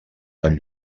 amb